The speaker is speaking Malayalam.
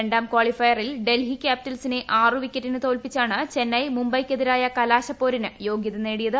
രണ്ടാം കാളിഫയറിൽ ഡൽഹി ക്യാപിറ്റൽസിനെ ആറു വിക്കറ്റിന് തോൽപ്പിച്ചാണ് ചെന്നൈ മുംബൈയ്ക്കെതിരായ കലാശപ്പോരിന് യോഗൃത നേടിയത്